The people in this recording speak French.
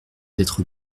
d’être